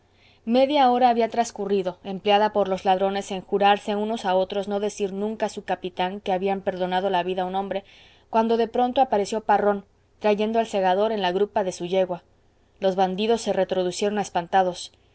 media hora había transcurrido empleada por los ladrones en jurarse unos a otros no decir nunca a su capitán que habían perdonado la vida a un hombre cuando de pronto apareció parrón trayendo al segador en la grupa de su yegua los bandidos retrocedieron espantados